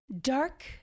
dark